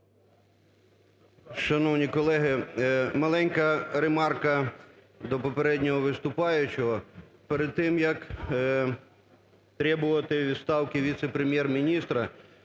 Шановні колеги! Маленька ремарка до попереднього виступаючого. Перед тим, як требувати відставки віце-прем'єр-міністра